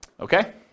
Okay